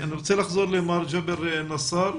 אני רוצה לחזור למר ג'אבר נסר,